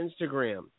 Instagram